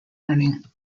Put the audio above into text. running